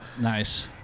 Nice